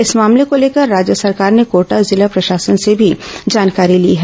इस मामले को लेकर राज्य सरकार ने कोटा जिला प्रशासन से भी जानकारी ली है